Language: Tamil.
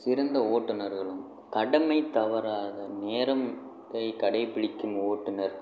சிறந்த ஓட்டுநர்களும் கடமை தவறாத நேரத்தை கடைபிடிக்கும் ஓட்டுநர்